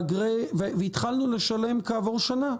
והתחלנו לשלם כעבור שנה.